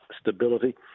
stability